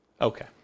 Okay